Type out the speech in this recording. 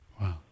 Wow